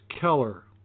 Keller